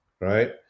right